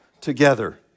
together